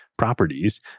properties